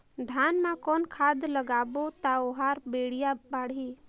धान मा कौन खाद लगाबो ता ओहार बेडिया बाणही?